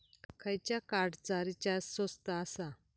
खयच्या कार्डचा रिचार्ज स्वस्त आसा?